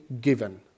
given